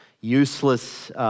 useless